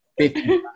50